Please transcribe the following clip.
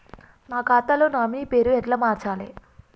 నా ఖాతా లో నామినీ పేరు ఎట్ల మార్చాలే?